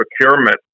procurement